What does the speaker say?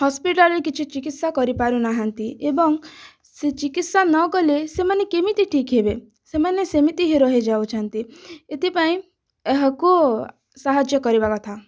hospital କିଛି ଚିକିତ୍ସା କରିପାରୁନାହାଁନ୍ତି ଏବଂ ସେ ଚିକିତ୍ସା ନକଲେ ସେମାନେ କେମିତି ଠିକ୍ ହେବେ ସେମାନେ ସେମିତି ହିଁ ରହିଯାଉଛନ୍ତି ଏଥିପାଇଁ ଏହାକୁ ସାହାଯ୍ୟ କରିବା କଥା